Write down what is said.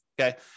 Okay